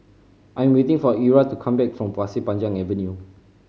I'm waiting for Era to come back from Pasir Panjang Avenue